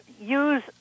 use